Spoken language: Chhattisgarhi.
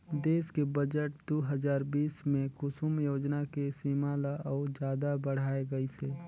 देस के बजट दू हजार बीस मे कुसुम योजना के सीमा ल अउ जादा बढाए गइसे